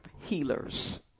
healers